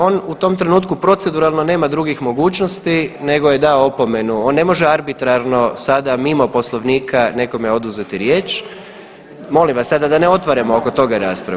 On u tom trenutku proceduralno nema drugih mogućnosti nego je dao opomenu, on ne može arbitrarno sada mimo Poslovnika nekome oduzeti riječ, molim vas sada, da ne otvaramo oko toga raspravu.